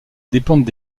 dépendent